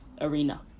arena